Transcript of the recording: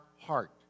heart